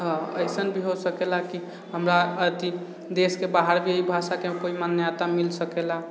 अइसन भी हो सकेला कि हमरा अथी देशके बाहर भी एहि भाषाके कोइ मान्यता मिल सकेला